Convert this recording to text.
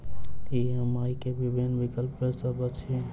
EMI केँ विभिन्न विकल्प की सब अछि